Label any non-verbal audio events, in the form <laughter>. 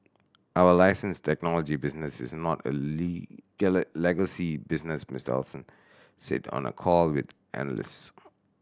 our license technology business is not a <unintelligible> legacy business Mister Ellison said on a call with analyst